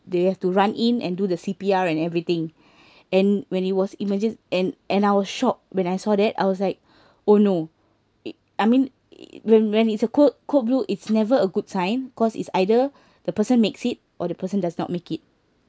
they have to run in and do the C_P_R and everything and when it was emergen~ and and I was shocked when I saw that I was like oh no it I mean when when it's a code code blue it's never a good sign cause it's either the person makes it or the person does not make it